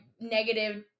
negative